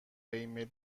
ایمیل